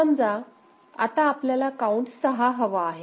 समजा आता आपल्याला काउंट 6 हवा आहे